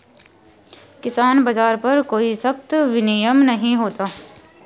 किसान बाज़ार पर कोई सख्त विनियम नहीं होता